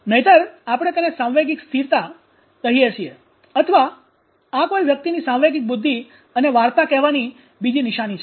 નહિતર આપણે તેને સાંવેગિક સ્થિરતા કહીએ છીએ અથવા આ કોઈ વ્યક્તિની સાંવેગિક બુદ્ધિ અને વાર્તા કહેવાની બીજી નિશાની છે